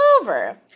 over